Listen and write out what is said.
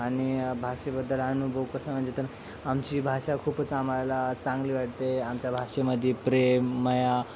आणि भाषेबद्दल अनुभव कसं म्हणजे तर आमची भाषा खूपच आम्हाला चांगली वाटते आमच्या भाषेमध्ये प्रेममाया